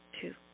two